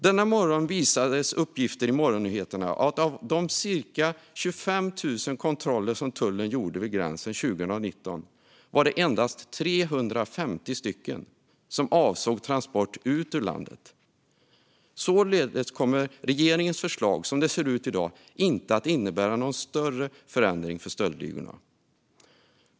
Denna morgon visade uppgifter i morgonnyheterna att av de cirka 25 000 kontroller som tullen gjorde vid gränsen 2019 var det endast 350 som avsåg transport ut ur landet. Således kommer regeringens förslag som det ser ut i dag inte att innebära någon större förändring för stöldligorna.